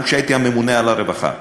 גם כשהייתי הממונה על הרווחה,